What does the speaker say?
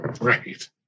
right